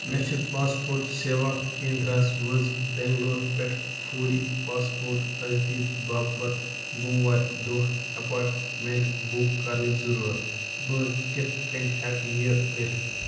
مےٚ چھ پاسپورٹ سیوا کینٛدرا ہس منٛز بینٛگلور پٮ۪ٹھ فوری پاسپورٹ تجدیٖد باپتھ بوموارِ دۄہ ایٚپوٛانٛٹمیٚنٹ بُک کرنٕچ ضروٗرت بہٕ کتھ کٔنۍ ہیٚکہٕ یہ کٔرتھ